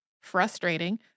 Frustrating